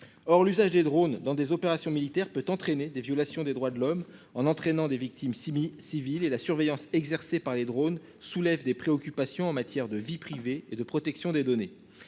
Or l'usage des drone dans des opérations militaires peut entraîner des violations des droits de l'homme en entraînant des victimes Simi civils et la surveillance exercée par les drônes soulève des préoccupations en matière de vie privée et de protection des données.